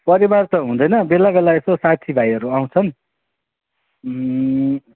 परिवार त हुँदैन बेला बेला यसो साथीभाइहरू आउँछन्